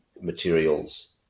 materials